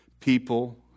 People